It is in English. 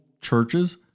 churches